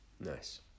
Nice